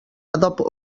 adob